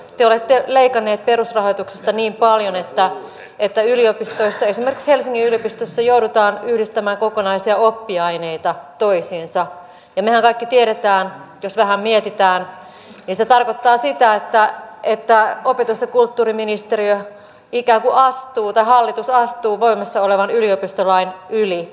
te olette leikanneet perusrahoituksesta niin paljon että yliopistoissa esimerkiksi helsingin yliopistossa joudutaan yhdistämään kokonaisia oppiaineita toisiinsa ja mehän kaikki tiedämme jos vähän mietimme että se tarkoittaa sitä että hallitus ikään kuin astuu voimassa olevan yliopistolain yli